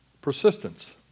Persistence